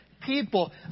people